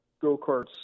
go-karts